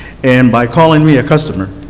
and by calling me a customer,